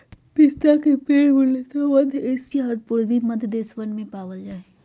पिस्ता के पेड़ मूलतः मध्य एशिया और पूर्वी मध्य देशवन में पावल जा हई